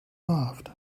loved